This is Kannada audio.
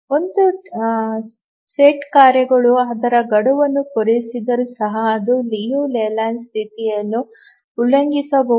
ಒಂದು ಸೆಟ್ ಕಾರ್ಯಗಳು ಅದರ ಗಡುವನ್ನು ಪೂರೈಸಿದರೂ ಸಹ ಅದು ಲಿಯು ಲೇಲ್ಯಾಂಡ್ ಸ್ಥಿತಿಯನ್ನು ಉಲ್ಲಂಘಿಸಬಹುದು